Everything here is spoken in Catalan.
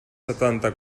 setanta